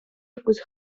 якусь